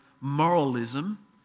moralism